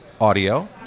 audio